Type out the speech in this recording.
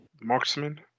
marksman